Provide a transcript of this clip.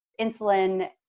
insulin